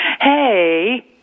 Hey